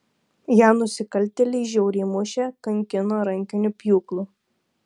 ją nusikaltėliai žiauriai mušė kankino rankiniu pjūklu